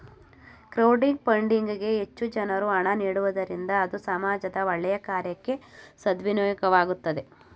crowding funding ಗೆ ಹೆಚ್ಚು ಜನರು ಹಣ ನೀಡುವುದರಿಂದ ಅದು ಸಮಾಜದ ಒಳ್ಳೆಯ ಕಾರ್ಯಕ್ಕೆ ಸದ್ವಿನಿಯೋಗವಾಗ್ತದೆ